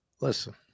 Listen